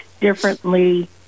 differently